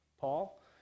Paul